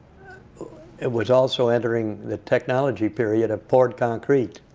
it was also entering the technology period of poured concrete.